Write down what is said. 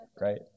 right